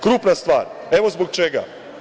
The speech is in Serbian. Krupna stvar, evo zbog čega.